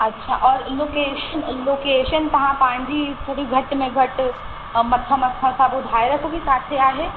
अच्छा और location location तव्हां पंहिंजी थोरी घटि में घटि मथां मथां सां ॿुधाए रखो कि किथे आहे